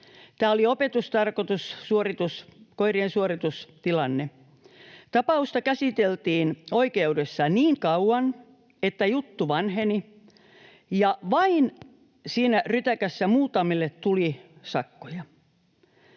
Tämä oli opetustarkoitus, koirien suoritustilanne. Ta-pausta käsiteltiin oikeudessa niin kauan, että juttu vanheni, ja siinä rytäkässä vain muutamille tuli sakkoja.